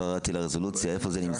ולא ירדתי לרזולוציה של איפה זה נמצא,